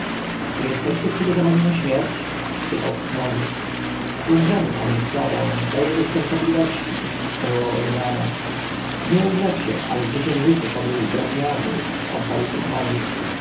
czy jesteście przygotowani na śmierć spytał tutmozis umrzemy panie z tobą dla jego świątobliwości zawołał eunana nie umrzecie ale zwyciężycie podłych zbrodniarzy odparł tutmozis